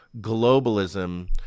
globalism